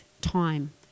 time